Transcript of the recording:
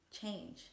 change